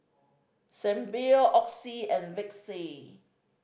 Sebamed Oxy and Vichy